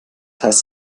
heißt